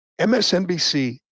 MSNBC